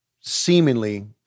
seemingly